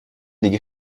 دیگه